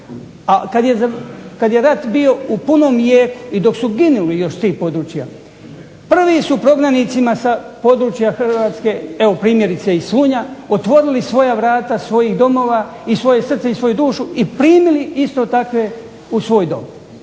A kad je rat bio u punom jeku i dok su ginuli još s tih područja prvi su prognanicima sa područja Hrvatske evo primjerice iz Slunja otvorili svoja vrata svojih domova i svoje srce i svoju dušu i primili isto takve u svoj dom